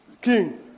king